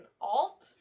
alt